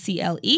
CLE